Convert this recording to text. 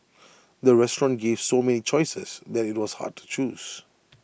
the restaurant gave so many choices that IT was hard to choose